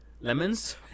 Lemons